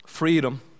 freedom